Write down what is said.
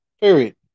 Period